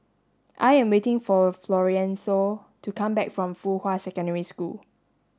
I am waiting for Florencio to come back from Fuhua Secondary School